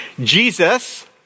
Jesus